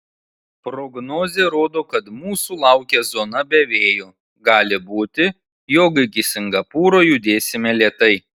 prognozė rodo kad mūsų laukia zona be vėjo gali būti jog iki singapūro judėsime lėtai